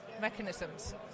mechanisms